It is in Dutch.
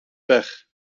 pech